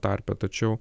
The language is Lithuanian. tarpe tačiau